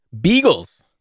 Beagles